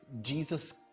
Jesus